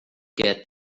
get